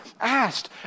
asked